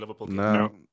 No